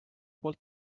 poolt